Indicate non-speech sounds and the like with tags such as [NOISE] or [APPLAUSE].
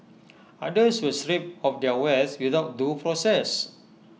[NOISE] others were stripped of their wealth without due process